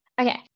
Okay